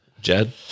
Jed